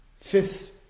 Fifth